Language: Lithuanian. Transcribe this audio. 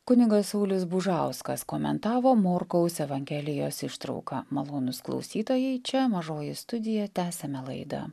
kunigas saulius bužauskas komentavo morkaus evangelijos ištrauką malonūs klausytojai čia mažoji studija tęsiame laidą